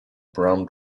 brown